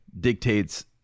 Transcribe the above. dictates